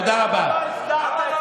תודה רבה.